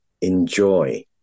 enjoy